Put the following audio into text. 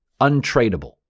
untradeable